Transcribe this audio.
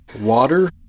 Water